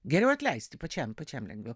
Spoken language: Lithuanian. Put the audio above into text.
geriau atleisti pačiam pačiam lengviau